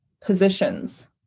positions